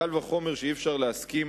קל וחומר שאי-אפשר להסכים